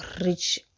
reach